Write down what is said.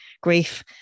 grief